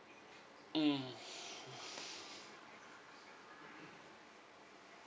mm